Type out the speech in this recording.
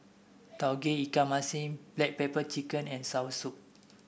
Tauge Ikan Masin Black Pepper Chicken and soursop